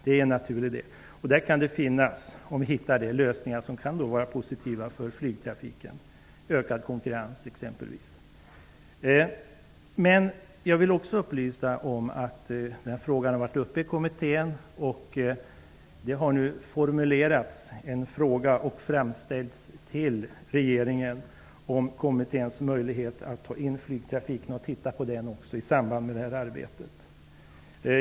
Det kan finnas lösningar som är positiva för flygtrafiken, t.ex. ökad konkurrens. Jag vill även upplysa om att denna fråga har varit uppe till behandling i kommittén. Det har nu formulerats och framställts en fråga till regeringen om kommitténs möjligheter att inbegripa även flygtrafiken i detta arbete.